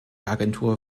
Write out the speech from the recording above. agentur